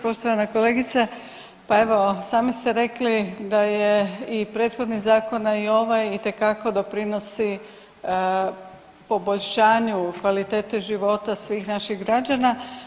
Poštovana kolegice, pa evo sami ste rekli da je i prethodni zakon, a i ovaj itekako doprinosi poboljšanju kvalitete života svih naših građana.